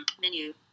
menu